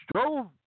drove